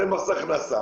הרי מס הכנסה